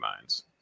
minds